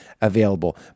available